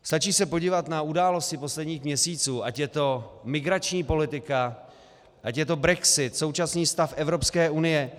Stačí se podívat na události posledních měsíců, ať je to migrační politika, ať je to brexit, současný stav Evropské unie.